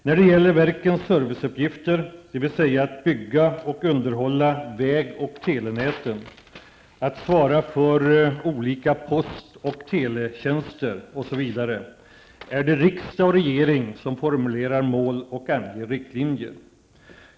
När det gäller verkens serviceuppgifter, dvs. att bygga och underhålla väg och telenäten, att svara för olika post och teletjänster osv., är det riksdag och regering som formulerar mål och anger riktlinjer.